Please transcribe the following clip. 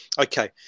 Okay